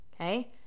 okay